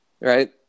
right